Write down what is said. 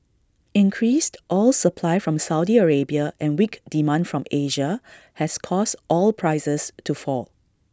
increased oil supply from Saudi Arabia and weak demand from Asia has caused oil prices to fall